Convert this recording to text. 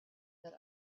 that